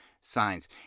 signs